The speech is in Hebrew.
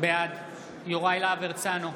בעד יוראי להב הרצנו,